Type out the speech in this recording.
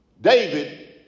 David